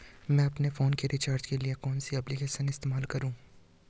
मैं अपने फोन के रिचार्ज के लिए कौन सी एप्लिकेशन इस्तेमाल करूँ?